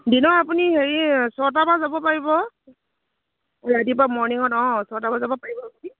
দিনত আপুনি হেৰি ছটাৰ পৰা যাব পাৰিব ৰাতিপুৱা মৰ্ণিঙত অঁ ছটাৰ পৰা যাব পাৰিব আপুনি